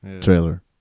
trailer